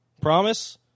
Promise